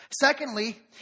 Secondly